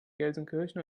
gelsenkirchen